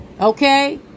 Okay